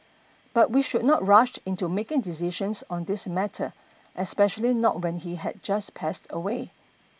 but we should not rush into making decisions on this matter especially not when he had just passed away